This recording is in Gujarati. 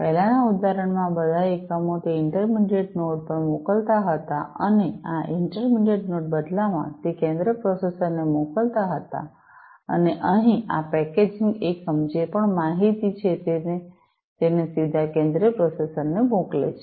પહેલાનાં ઉદાહરણમાં આ બધા એકમો તે ઇન્ટરમેડિયટ નોડ પર મોકલતા હતા અને આ ઇન્ટરમેડિયટ નોડ બદલામાં તે કેન્દ્રીય પ્રોસેસર ને મોકલતા હતા અને અહીં આ પેકેજિંગ એકમ જે પણ માહિતી છે તે તેને સીધા કેન્દ્રિય પ્રોસેસર ને મોકલે છે